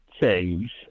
change